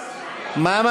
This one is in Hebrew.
מה?